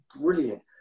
brilliant